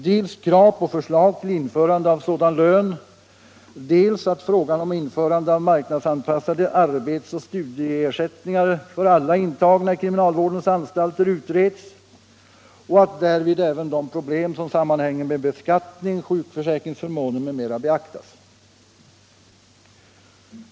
Det har krävts dels att förslag framläggs om införande av sådan lön, dels att frågan om marknadsanpassade arbetsoch studieersättningar för alla intagna i kriminalvårdsanstalter utreds och att därvid även de problem som sammanhänger med beskattning, sjukförsäkringsförmåner m.m. beaktas.